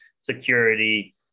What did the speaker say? security